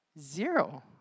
zero